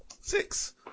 six